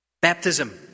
Baptism